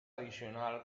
addicional